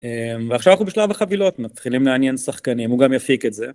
עכשיו אנחנו בשלב החבילות מתחילים לעניין שחקנים הוא גם יפיק את זה.